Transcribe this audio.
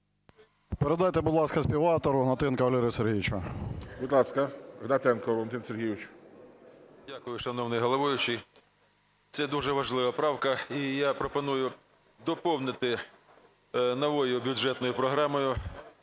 Передайте, будь ласка, співавтору Гнатенку Валерію Сергійовичу.